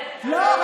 לא,